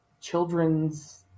children's